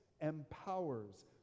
empowers